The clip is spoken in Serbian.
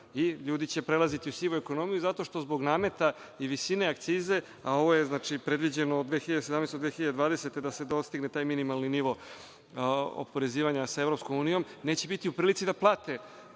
i ljudi će prelaziti u sivu ekonomiju zato što zbog nameta i visine akcize, a ovo je znači predviđeno od 2017. do 2020. godine da se to dostigne taj minimalni nivo oporezivanja sa EU, neće biti u prilici da plate